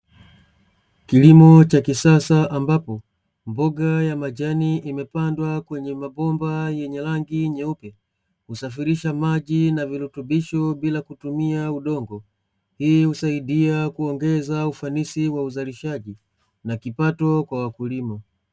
Kilimo cha kisasa ambapo mboga ya majani imepandwa kwenye mabomba yenye rangi nyeupe husafirisha maji na virutubisho bila kutegemea udongo hii husaidia kuongeza ufanisi wa uzalishaji na kipato kwa wakulima.